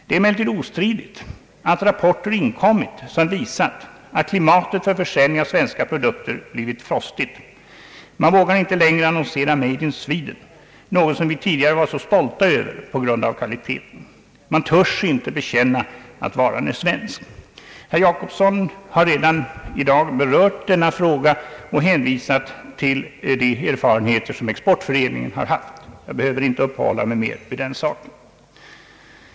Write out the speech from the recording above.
Det är emellertid ostridigt att rapporter har inkommit som visat att klimatet för försäljning av svenska produkter blivit frostigt. Man vågar inte längre annonsera »Made in Sweden», något som vi tidigare varit så stolta över på grund av kvaliteten. Man törs inte bekänna att varan är svensk. Herr Jacobsson har redan i dag berört denna fråga och hänvisat till de erfarenheter som Exportföreningen haft — jag behöver inte uppehålla mig mer vid den saken.